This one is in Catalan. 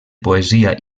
poesia